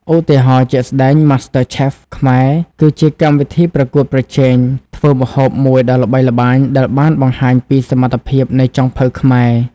ឧទាហរណ៍ជាក់ស្ដែង MasterChef Khmerគឺជាកម្មវិធីប្រកួតប្រជែងធ្វើម្ហូបមួយដ៏ល្បីល្បាញដែលបានបង្ហាញពីសមត្ថភាពនៃចុងភៅខ្មែរ។